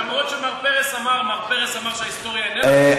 למרות שמר פרס אמר שההיסטוריה איננה חשובה,